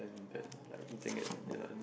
um than than like eating at other